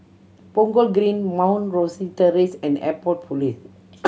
Punggol Green Mount Rosie Terrace and Airport Police